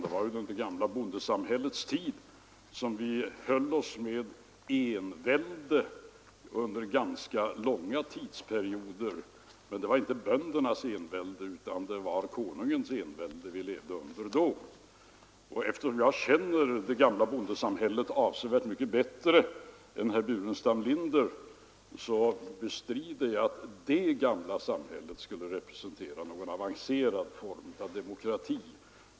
Det var ju på det gamla bondesamhällets tid som vi höll oss med envälde under ganska långa tidsperioder — men det var inte böndernas envälde utan det var konungens envälde vi levde under då. Eftersom jag känner det gamla bondesamhället avsevärt bättre än herr Burenstam Linder, bestrider jag att detta gamla samhälle skulle representera någon avancerad form av demokrati.